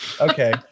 Okay